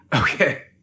okay